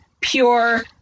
pure